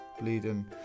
bleeding